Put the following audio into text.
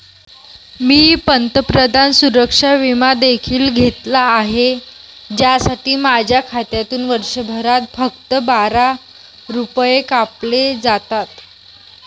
मी पंतप्रधान सुरक्षा विमा देखील घेतला आहे, ज्यासाठी माझ्या खात्यातून वर्षभरात फक्त बारा रुपये कापले जातात